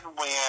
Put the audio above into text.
win